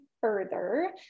further